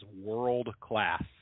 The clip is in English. world-class